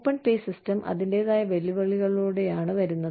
open pay system അതിന്റേതായ വെല്ലുവിളികളോടെയാണ് വരുന്നത്